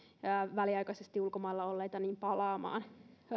väliaikaisesti ulkomailla olleita palaamaan